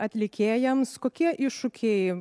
atlikėjams kokie iššūkiai